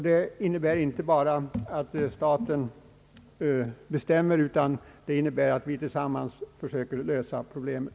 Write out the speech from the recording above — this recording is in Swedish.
Det innebär inte att bara staten bestämmer, utan att vi tillsammans försöker lösa problemen.